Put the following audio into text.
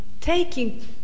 taking